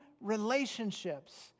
relationships